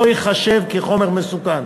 לא ייחשב לחומר מסוכן.